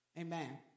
Amen